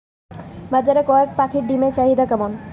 বাজারে কয়ের পাখীর ডিমের চাহিদা কেমন?